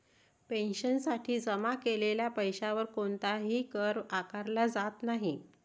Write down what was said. पेन्शनसाठी जमा केलेल्या पैशावर कोणताही कर आकारला जात नाही